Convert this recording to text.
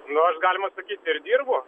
nu aš galima sakyt ir dirbu